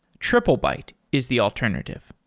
triplebyte is the alternative.